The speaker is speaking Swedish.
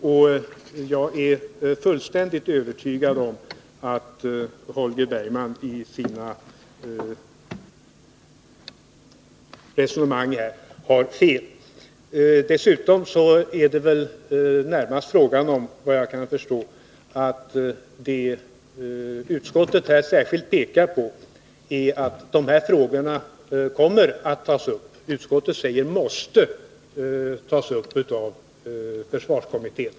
Och jag är fullständigt övertygad om att Holger Bergman har fel i sina resonemang. Vad jag kan förstå påpekar utskottet här särskilt att dessa frågor kommer att tas upp. Utskottet säger att de måste tas upp av försvarskommittén.